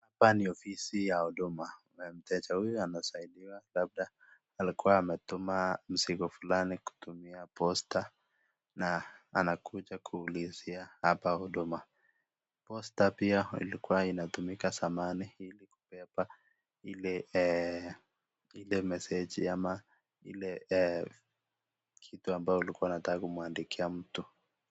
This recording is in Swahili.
Hapa ni ofisi ya huduma na mteja huyu anasaidiwa labda na alikuwa ametuma mizigo fulani kutumia posta na anakuja kuulizia hapa huduma. Posta pia ilikuwa inatumiwa zamani ili kubeba ile message ama ile kitu ambayo ulikuwa unataka kumwandikia mtu.